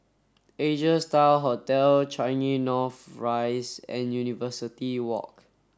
Asia Star Hotel Changi North Rise and University Walk